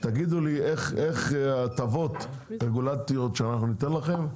תגידו לי איך הטבות רגולטוריות שאנחנו ניתן לכם,